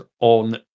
on